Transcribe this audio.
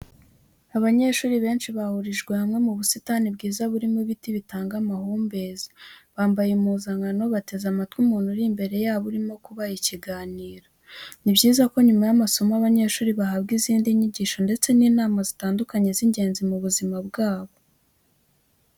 Abanyeshuri benshi bahurijwe hamwe mu busitani bwiza, burimo ibiti bitanga amahumbezi, bambaye impuzankano, bateze amatwi umuntu uri imbere yabo urimo kubaha ikiganiro. Ni byiza ko nyuma y'amasomo abanyeshuri bahabwa izindi nyigisho ndetse n'inama zitandukanye z'ingenzi mu buzima bwabo.